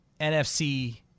NFC